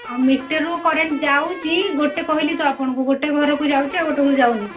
ହଁ ମିଟର୍ରୁ କରେଣ୍ଟ୍ ଯାଉଛି ଗୋଟେ କହିଲି ତ ଆପଣଙ୍କୁ ଗୋଟେ ଘରକୁ ଯାଉଛି ଆଉ ଗୋଟେ ଘରକୁ ଯାଉନି